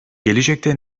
gelecekte